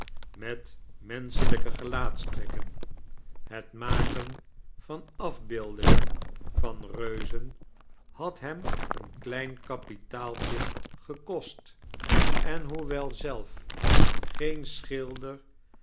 met menschelijke gelaatstrekken het maken van afbeeldingen van reuzen had hem een klein kapitaaltje gekost en hoewel zelf geen schilder